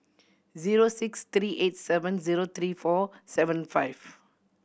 zero six three eight seven zero three four seven five